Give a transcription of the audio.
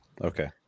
Okay